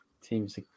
teams